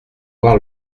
voir